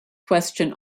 question